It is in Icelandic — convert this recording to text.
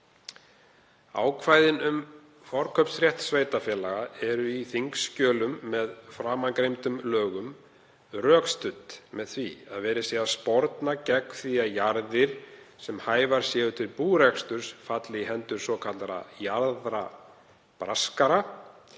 Ákvæðin um forkaupsrétt sveitarfélaga eru í þingskjölum með framangreindum lögum rökstudd með því að verið sé að sporna gegn því að jarðir sem hæfar séu til búreksturs falli í hendur svokallaðra jarðabraskara